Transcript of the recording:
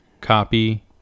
copy